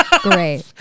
Great